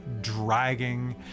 dragging